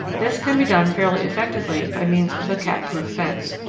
this can be done fairly effectively by means of a cat-proof fence.